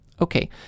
Okay